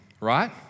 right